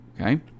Okay